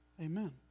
Amen